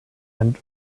and